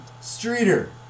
Streeter